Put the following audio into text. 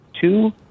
two